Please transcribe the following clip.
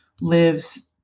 lives